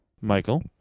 Michael